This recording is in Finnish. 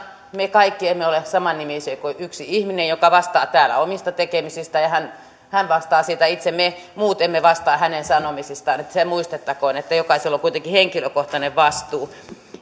me kaikki emme ole samannimisiä kuin yksi ihminen joka vastaa täällä omista tekemisistään ja hän hän vastaa siitä itse me muut emme vastaa hänen sanomisistaan se muistettakoon että jokaisella on kuitenkin henkilökohtainen vastuu